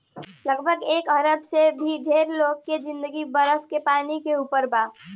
लगभग एक अरब से भी ढेर लोग के जिंदगी बरफ के पानी के ऊपर बा